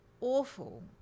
awful